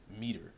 meter